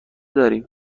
داریم